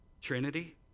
Trinity